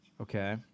Okay